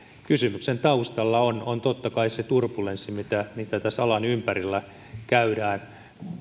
kysymyksen taustalla on on totta kai se turbulenssi mitä mitä tässä alan ympärillä on